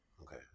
Okay